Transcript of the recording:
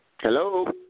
Hello